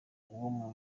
uwo